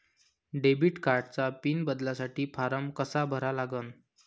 Debit कार्डचा PIN बदलासाठी form कसा भरा लागन?